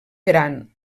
gran